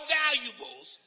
valuables